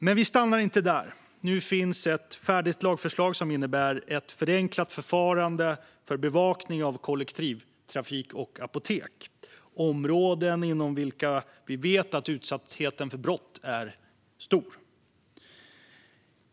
Men vi stannar inte där. Nu finns ett färdigt lagförslag som innebär ett förenklat förfarande för bevakning av kollektivtrafik och apotek, områden inom vilka vi vet att utsattheten för brott är stor.